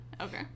Okay